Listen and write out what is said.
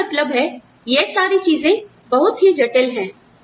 मेरा मतलब है यह सारी चीजें बहुत ही जटिल है